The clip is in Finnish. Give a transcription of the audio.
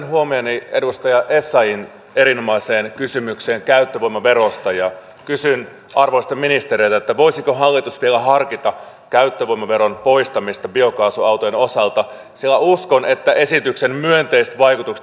huomioni edustaja essayahin erinomaiseen kysymykseen käyttövoimaverosta kysyn arvoisilta ministereiltä voisiko hallitus vielä harkita käyttövoimaveron poistamista biokaasuautojen osalta sillä uskon että esityksen myönteiset vaikutukset